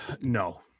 No